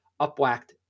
upwhacked